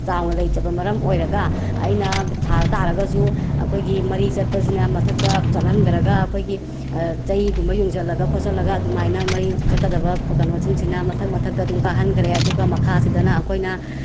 ꯆꯥꯎꯅ ꯂꯩꯇꯕ ꯃꯔꯝ ꯑꯣꯏꯔꯒ ꯑꯩꯅ ꯊꯥ ꯇꯥꯔꯒꯁꯨ ꯑꯩꯈꯣꯏꯒꯤ ꯃꯔꯤ ꯆꯠꯄꯁꯤꯅ ꯃꯊꯛꯇ ꯆꯠꯍꯟꯈ꯭ꯔꯒ ꯑꯩꯈꯣꯏꯒꯤ ꯆꯩꯒꯨꯝꯕ ꯌꯨꯡꯁꯤꯜꯂꯒ ꯈꯣꯠꯆꯤꯜꯂꯒ ꯑꯗꯨꯃꯥꯏꯅ ꯃꯔꯤ ꯆꯠꯀꯗꯕ ꯀꯩꯅꯣꯁꯤꯡꯁꯤꯅ ꯃꯊꯛ ꯃꯊꯛꯇ ꯑꯗꯨꯝ ꯀꯥꯍꯟꯈ꯭ꯔꯦ ꯑꯗꯨꯒ ꯃꯈꯥꯁꯤꯗꯅ ꯑꯩꯈꯣꯏꯅ